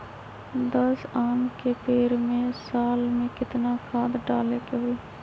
दस आम के पेड़ में साल में केतना खाद्य डाले के होई?